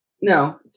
no